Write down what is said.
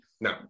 No